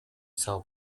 sao